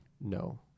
No